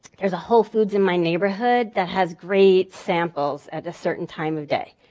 there's a wholefoods in my neighborhood that has great samples at a certain time of day.